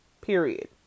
period